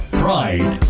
pride